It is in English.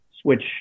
switch